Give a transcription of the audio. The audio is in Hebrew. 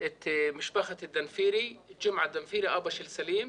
את משפחת דנפירי, את ג'ומעה דנפירי, אבא של סלים,